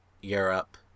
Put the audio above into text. Europe